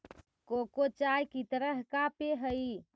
cocoa चाय की तरह का पेय हई